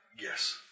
Yes